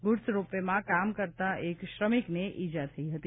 goods રોપવેમાં કામ કરતા એક શ્રમિકને ઇજા થઇ હતી